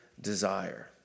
desire